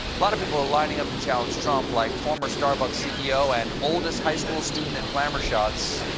lot of people are lining up to challenge trump. like former starbucks c e o, and oldest high school student at glamour shots,